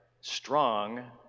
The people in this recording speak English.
strong